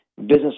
business